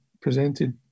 presented